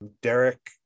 Derek